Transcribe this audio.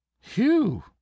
Phew